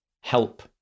help